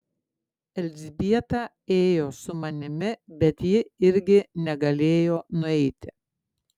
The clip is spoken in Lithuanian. elzbieta ėjo su manimi bet ji irgi negalėjo nueiti